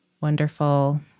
Wonderful